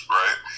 right